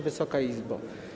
Wysoka Izbo!